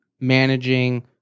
managing